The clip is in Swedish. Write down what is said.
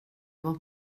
vara